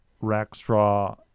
Rackstraw